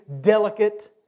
delicate